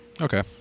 Okay